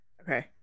Okay